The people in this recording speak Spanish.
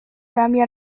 cambia